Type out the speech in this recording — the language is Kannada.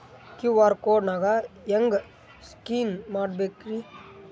ಕ್ಯೂ.ಆರ್ ಕೋಡ್ ನಾ ಹೆಂಗ ಸ್ಕ್ಯಾನ್ ಮಾಡಬೇಕ್ರಿ?